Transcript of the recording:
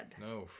No